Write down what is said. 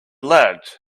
lad